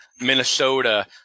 minnesota